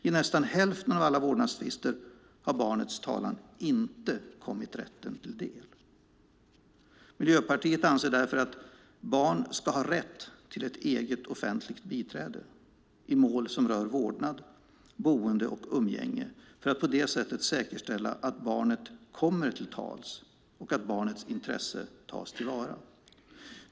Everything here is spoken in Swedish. I nästan hälften av alla vårdnadstvister har barnets talan inte kommit rätten till del. Miljöpartiet anser därför att barn ska ha rätt till ett eget offentligt biträde i mål som rör vårdnad, boende och umgänge för att på det sättet säkerställa att barnet kommer till tals och att barnets intressen tas till vara.